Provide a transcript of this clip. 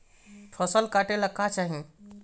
फसल काटेला का चाही?